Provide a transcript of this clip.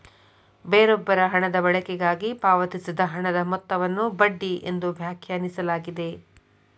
ಬೇರೊಬ್ಬರ ಹಣದ ಬಳಕೆಗಾಗಿ ಪಾವತಿಸಿದ ಹಣದ ಮೊತ್ತವನ್ನು ಬಡ್ಡಿ ಎಂದು ವ್ಯಾಖ್ಯಾನಿಸಲಾಗಿದೆ